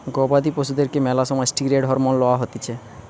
গবাদি পশুদেরকে ম্যালা সময় ষ্টিরৈড হরমোন লওয়া হতিছে